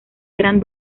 gran